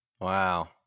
Wow